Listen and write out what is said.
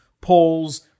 polls